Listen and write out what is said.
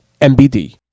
mbd